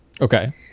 Okay